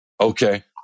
okay